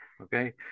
Okay